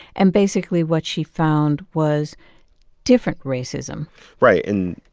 and basically, what she found was different racism right. and,